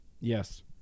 yes